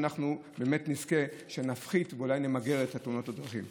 אנחנו באמת נזכה שנפחית ואולי נמגר את תאונות הדרכים.